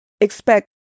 Expect